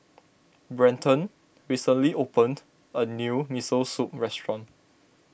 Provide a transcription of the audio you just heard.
Brenton recently opened a new Miso Soup restaurant